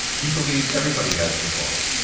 he believes everybody has kokoro.